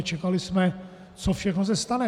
Čekali jsme, co všechno se stane.